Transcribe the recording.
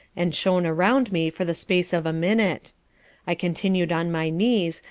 and shone around me for the space of a minute i continued on my knees,